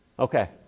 Okay